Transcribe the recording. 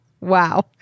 Wow